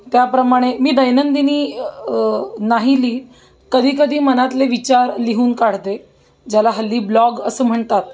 त्याप्रमाणे मी दैनंदिनी नाही लिहिली कधी कधी मनातले विचार लिहून काढते ज्याला हल्ली ब्लॉग असं म्हणतात